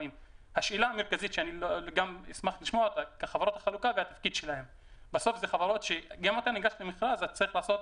עומדים ביעדים שהם התחייבו להם אבל אני חושב שבמידה ומתעוררים קשיים